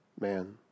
man